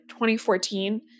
2014